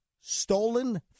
stolen